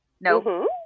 No